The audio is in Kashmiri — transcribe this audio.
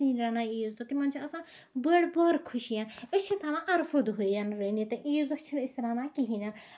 رَنان عیٖز دۄہ تِمن چھِ آسان بٔڑ بارٕ خوشی أسۍ چھِ تھاوان اَرفہٕ دُہے رٔنِتھ تہٕ عیٖز دۄہ چھِنہٕ أسۍ رَنان کِہیٖںۍ نہٕ